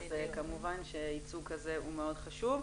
אז כמובן שייצוג כזה מאוד חשוב.